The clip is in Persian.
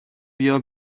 بیا